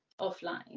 offline